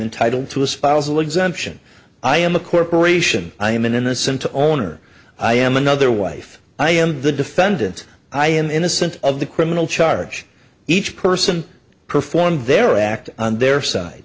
entitled to a spousal exemption i am a corporation i am an innocent to owner i am another wife i am the defendant i am innocent of the criminal charge each person performed their act on their side